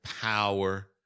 power